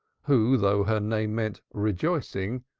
who, though her name meant rejoicing,